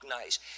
nice